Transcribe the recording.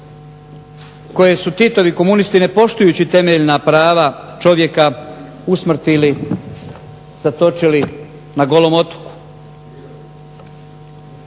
koje su Titovi komunisti ne poštujući temeljna prava čovjeka usmrtili, zatočili na Golom otoku.